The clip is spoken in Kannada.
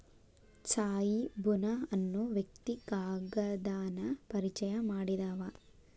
ತ್ಸಾಯಿ ಬುನಾ ಅನ್ನು ವ್ಯಕ್ತಿ ಕಾಗದಾನ ಪರಿಚಯಾ ಮಾಡಿದಾವ